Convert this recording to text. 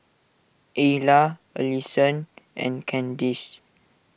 Ayla Allisson and Candice